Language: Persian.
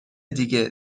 دیگه